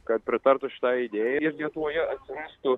kad pritartų šitai idėjai ir lietuvoje atsirastų